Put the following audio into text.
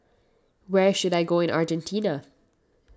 where should I go in Argentina